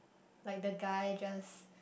like the guy just